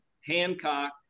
Hancock